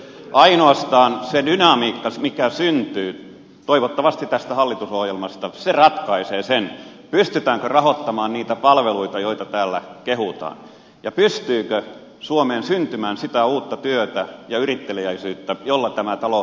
ainoastaan se dynamiikka mikä syntyy toivottavasti tästä hallitusohjelmasta ratkaisee sen pystytäänkö rahoittamaan niitä palveluita joita täällä kehutaan ja pystyykö suomeen syntymään sitä uutta työtä ja yritteliäisyyttä jolla tämä talous rakentuu